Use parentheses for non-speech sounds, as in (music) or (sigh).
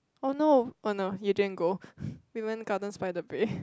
oh no oh no you didn't go (breath) we went gardens by the bay